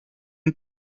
une